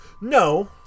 No